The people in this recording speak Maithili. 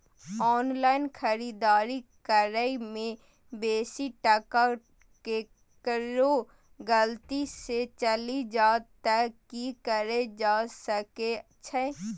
ऑनलाइन खरीददारी करै में बेसी टका केकरो गलती से चलि जा त की कैल जा सकै छै?